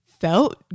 felt